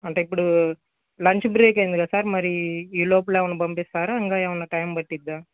అంటే ఇప్పుడు lunch break అయింది కదా సార్ మరి ఈలోపల ఎవర్నైనా పంపిస్తారా ఇంకా ఏమైనా టైమ్ పట్టిద్దా